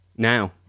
now